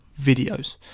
videos